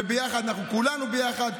אנחנו כולנו ביחד.